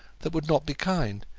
that would not be kind.